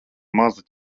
maza